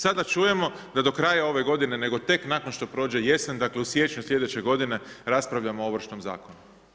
Sada čujemo da do kraja ove godine ne nego tek nakon što prođe jesen, dakle u siječnju slijedeće godine raspravljamo o Ovršnom zakonu.